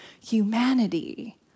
humanity